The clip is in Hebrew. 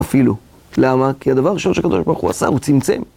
אפילו. למה? כי הדבר הראשון שהקדוש ברוך הוא עשה, הוא צמצם.